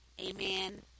Amen